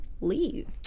leave